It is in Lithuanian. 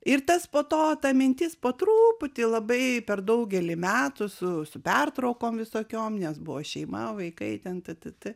ir tas po to ta mintis po truputį labai per daugelį metų su su pertraukom visokiom nes buvo šeima vaikai ten t t t